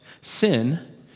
Sin